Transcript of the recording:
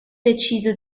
deciso